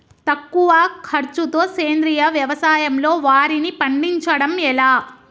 తక్కువ ఖర్చుతో సేంద్రీయ వ్యవసాయంలో వారిని పండించడం ఎలా?